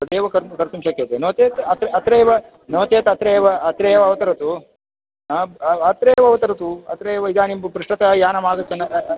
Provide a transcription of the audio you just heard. तदेव कर्तुं शक्यते नो चेत् अत्रैव अत्रैव नोचेत् अत्रैव अत्रैव अवतरतु आम् अत्रैव अवतरतु अत्रैव इदानीं पृष्टत यानम् आगच्छन्